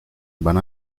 van